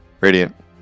Radiant